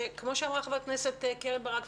כמו שאמרו חברי הכנסת קרן ברק,